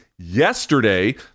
yesterday